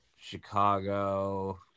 Chicago